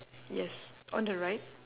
yes on the right